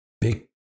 big